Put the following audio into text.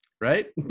Right